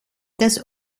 das